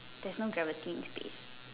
there's no gravity in space